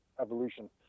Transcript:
evolution